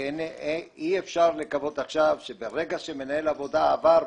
אי אפשר לקוות עכשיו שברגע שמנהל עבודה עבר,